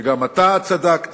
וגם אתה צדקת.